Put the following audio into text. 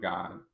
God